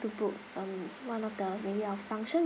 to book um one of the maybe our function